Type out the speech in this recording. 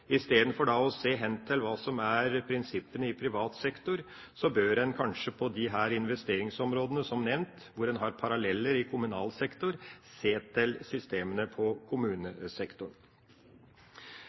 å se hen til hva som er prinsippene i privat sektor, bør en kanskje på de nevnte investeringsområdene, hvor en har paralleller i kommunal sektor, se til systemene